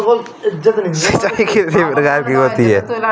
सिंचाई कितनी प्रकार की होती हैं?